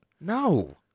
No